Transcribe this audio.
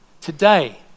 Today